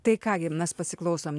tai ką gi mes pasiklausom